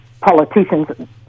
politicians